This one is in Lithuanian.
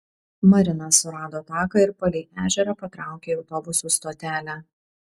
marina surado taką ir palei ežerą patraukė į autobusų stotelę